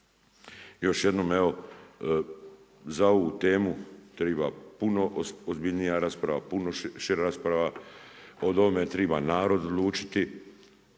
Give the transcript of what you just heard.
Još jednom, za ovu temu treba puno ozbiljnija rasprava, puno šira rasprava, o ovome treba narod odlučiti.